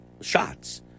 shots